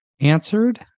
answered